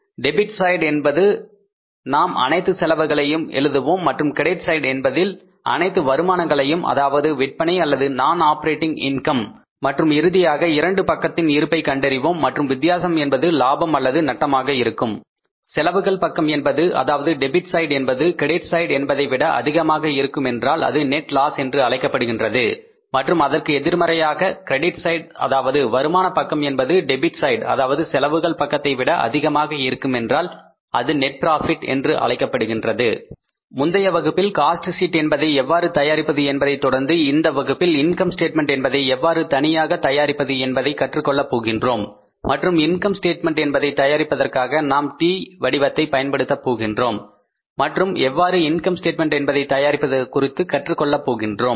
debit side என்பதில் நாம் அனைத்து செலவுகளையும் எழுதுவோம் மற்றும் கிரெடிட் சைடு என்பதில் அனைத்து வருமானங்களையும் அதாவது விற்பனை அல்லது நான் ஆப்பரேட்டிங் இன்கம் மற்றும் இறுதியாக இரண்டு பக்கத்தின் இருப்பை கண்டறிவோம் மற்றும் வித்தியாசம் என்பது லாபம் அல்லது நட்டமா இருக்கும் செலவுகள் பக்கம் என்பது அதாவது டெபிட் சைடு என்பது கிரெடிட் சைடு என்பதை விட அதிகமாக இருக்குமென்றால் அது நெட் லாஸ் என்று அழைக்கப்படுகின்றது மற்றும் அதற்கு எதிர்மறையாக கிரெடிட் சைடு அதாவது வருமான பக்கம் என்பது டெபிட் சைடு அதாவது செலவுகள் பக்கத்தை விடஅதிகமாக இருக்குமென்றால் அது நெட் ப்ராபிட் என்று அழைக்கப்படுகின்றது முந்தைய வகுப்பில் காஸ்ட் ஷீட் என்பதை எவ்வாறு தயாரிப்பது என்பதை தொடர்ந்து இந்த வகுப்பில் இன்கம் ஸ்டேட்மெண்ட் என்பதை எவ்வாறு தனியாக தயாரிப்பது என்பதை கற்றுக் கொள்ளப் போகின்றோம் மற்றும் இன்கம் ஸ்டேட்மெண்ட் என்பதை தயாரிப்பதற்காக நாம் T வடிவத்தை பயன்படுத்த போகின்றோம் மற்றும் எவ்வாறு இன்கம் ஸ்டேட்மென்ட் என்பதை தயாரிப்பது குறித்து கற்றுக் கொள்ளப் போகின்றோம்